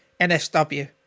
NSW